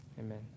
Amen